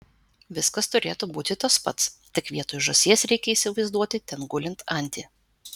viskas turėtų būti tas pats tik vietoj žąsies reikia įsivaizduoti ten gulint antį